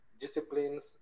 disciplines